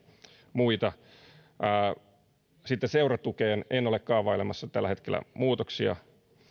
muita seuratukeen en ole kaavailemassa tällä hetkellä muutoksia